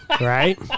right